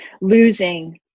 losing